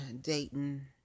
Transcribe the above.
Dayton